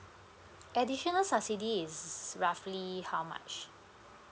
additional subsidy is roughly how much